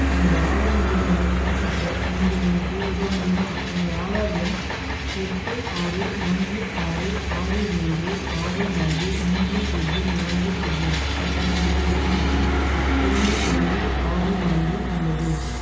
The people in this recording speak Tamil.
எனது ஆதார் விவரங்களை புதுப்பிக்க நீங்கள் எனக்கு உதவ முடியுமா எனது ஆதார் எண் எட்டு ஆறு நான்கு ஆறு ஆறு மூன்று ஆறு நான்கு மூன்று பூஜ்ஜியம் நான்கு பூஜ்ஜியம் மற்றும் என்னிடம் ஓடிபி இரண்டு இரண்டு ஆறு நான்கு உள்ளது